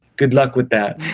good luck with that.